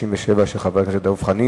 רצוני לשאול: 1. האם תיבחן התנהגות הנהג?